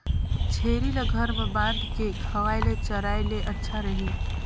छेरी ल घर म बांध के खवाय ले चराय ले अच्छा रही?